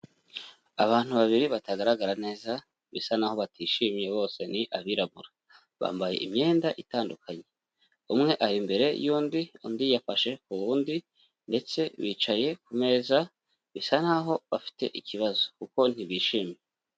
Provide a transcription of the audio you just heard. Abantu babiri batagaragara neza, bisa naho batishimye, bose ni abirabura, bambaye imyenda itandukanye, umwe ari imbere y'undi, undi yafashe ku wundi ndetse bicaye ku meza, bisa nkaho bafite ikibazo kuko ntibishimye.